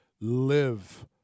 live